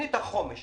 שתוכנית החומש